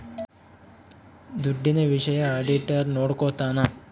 ದುಡ್ಡಿನ ವಿಷಯ ಆಡಿಟರ್ ನೋಡ್ಕೊತನ